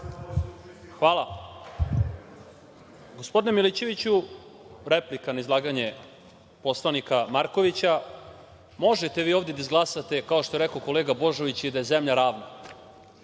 Hvala. Gospodine Milićeviću, replika na izlaganje poslanika Markovića. Možete vi ovde da izglasate, kao što je rekao kolega Božović, i da je zemlja ravna,